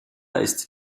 ist